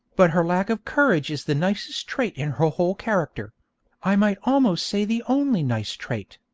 but her lack of courage is the nicest trait in her whole character i might almost say the only nice trait.